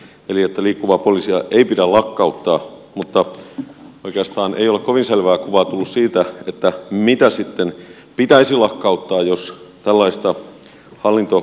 eli liikkuvaa poliisia ei pidä lakkauttaa mutta oikeastaan ei ole kovin selvä kuva siitä että mitä sitten pitäisi lakkauttaa jos kalaista hallinto